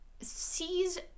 sees